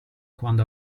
quando